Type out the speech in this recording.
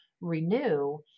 renew